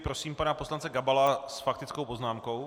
Prosím pana poslance Gabala s faktickou poznámkou.